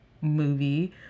movie